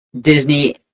Disney